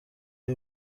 های